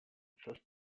first